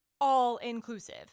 all-inclusive